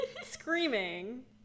screaming